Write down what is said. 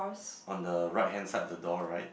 on the right hand side of the door right